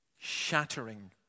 shattering